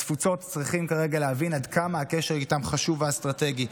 בתפוצות צריכים כרגע להבין עד כמה הקשר איתם חשוב ואסטרטגי.